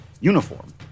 uniform